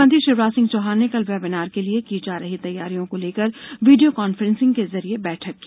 मुख्यमंत्री शिवराज सिंह चौहान ने कल वेबीनार के लिए की जा रही तैयारियों को लेकर वीडियो कॉन्फ्रेंस के जरिए बैठक की